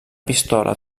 pistola